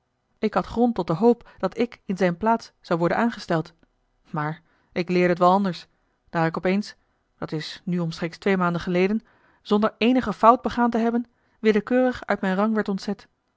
ik had grond tot de hoop dat ik in zijne plaats zou worden aangesteld maar ik leerde t wel anders daar ik op eens dat is nu omstreeks twee maanden geleden zonder eenige fout begaan te hebben willekeurig uit mijn rang werd ontzet